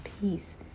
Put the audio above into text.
peace